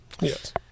Yes